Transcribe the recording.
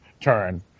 turn